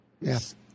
Yes